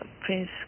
Prince